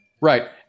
Right